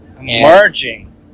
emerging